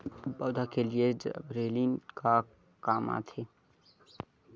पौधा के लिए जिबरेलीन का काम आथे?